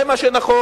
זה מה שנכון,